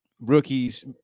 rookies